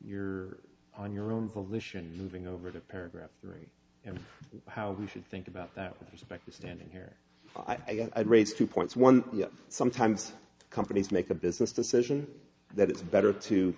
you're on your own volition moving over to paragraph three and how we should think about that with respect to standing here i've raised two points one sometimes companies make a business decision that it's better to